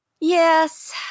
Yes